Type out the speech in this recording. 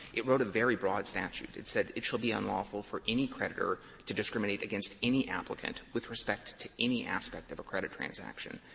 it wrote a very broad statute. it said, it shall be unlawful for any creditor to discriminate against any applicant with respect to any aspect of a credit transaction.